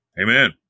Amen